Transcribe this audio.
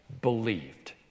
believed